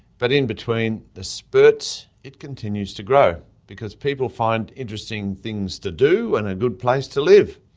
but in-between the spurts it continues to grow, because people find interesting things to do and a good place to live.